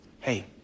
Hey